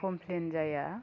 complain जाया